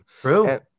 True